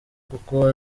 kuko